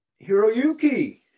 Hiroyuki